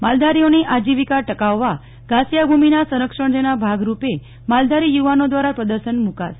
માલધારીઓની આજીવીકા ટકાવવા ઘાસીયાભૂમિના સંરક્ષણ જેના ભાગરૂપે માલધારી યુવાનો દ્વારા પ્રદર્શન મુકાશે